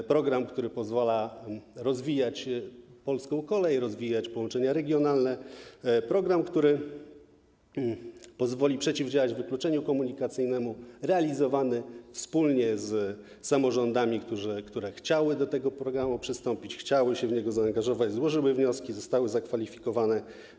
To program, który pozwala rozwijać polską kolej, rozwijać połączenia regionalne, program, który pozwoli przeciwdziałać wykluczeniu komunikacyjnemu, program realizowany wspólnie z samorządami, które chciały do tego programu przystąpić, chciały się w niego zaangażować, złożyły wnioski i zostały zakwalifikowane.